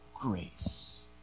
Grace